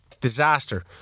disaster